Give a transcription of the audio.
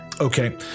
Okay